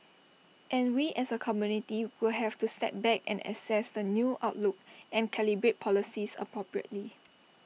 and we as A committee will have to step back and assess the new outlook and calibrate policies appropriately